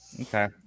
okay